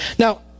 Now